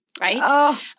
right